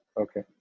Okay